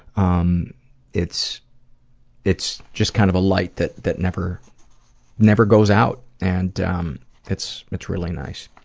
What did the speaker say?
um it's it's just kind of a light that that never never goes out, and um it's it's really nice.